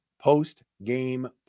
post-game